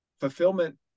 fulfillment